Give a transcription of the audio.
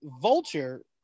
Vulture